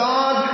God